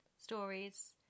stories